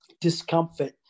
discomfort